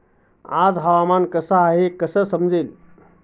आजचे हवामान कसे आहे हे कसे समजेल?